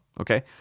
Okay